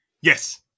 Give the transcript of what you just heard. Yes